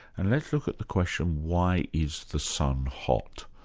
and let's look at the question why is the sun hot?